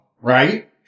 right